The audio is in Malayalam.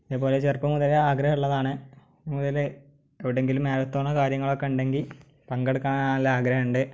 ഇതേപോലെ ചെറുപ്പം മുതലേ ആഗ്രഹം ഉള്ളതാണ് മുതല് എവിടെങ്കിലും മാരത്തണോ കാര്യങ്ങളോ ഉണ്ടെങ്കിൽ പങ്കെടുക്കാൻ നല്ല ആഗ്രഹമുണ്ട്